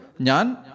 Nyan